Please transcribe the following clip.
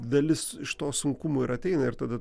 dalis iš to sunkumų ir ateina ir tada